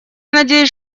надеюсь